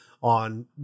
on